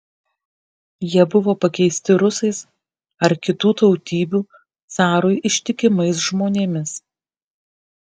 jie buvo pakeisti rusais ar kitų tautybių carui ištikimais žmonėmis